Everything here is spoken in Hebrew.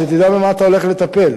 שתדע במה אתה הולך לטפל.